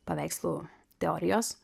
paveikslų teorijos